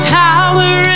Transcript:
power